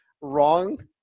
wrong